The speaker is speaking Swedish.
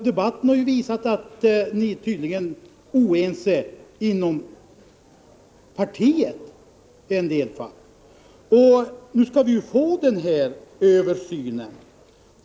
Debatten har visat att ni i en del fall tydligen är oense inom partierna. Nu skall vi ju få den här översynen.